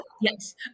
Yes